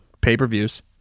pay-per-views